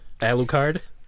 Alucard